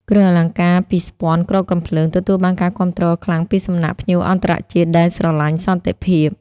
គ្រឿងអលង្ការពីស្ពាន់គ្រាប់កាំភ្លើង ទទួលបានការគាំទ្រខ្លាំងពីសំណាក់ភ្ញៀវអន្តរជាតិដែលស្រឡាញ់សន្តិភាព។